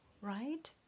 right